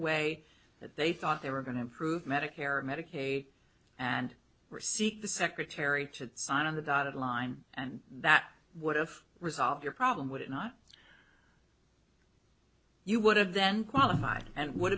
way that they thought they were going to approve medicare medicaid and seek the secretary to sign on the dotted line and that would have resolve your problem would it not you would have then qualified and would